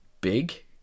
big